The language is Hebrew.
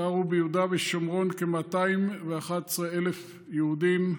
גרו ביהודה ושומרון כ-211,000 יהודים.